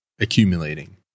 accumulating